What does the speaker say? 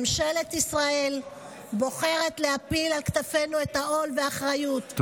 ממשלת ישראל בוחרת להפיל על כתפינו את העול והאחריות,